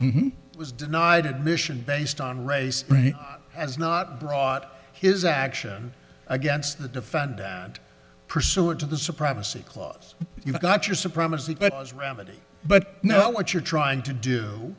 it was denied admission based on race has not brought his action against the defendant pursuant to the supremacy clause you've got your supremacy but as remedy but now what you're trying to do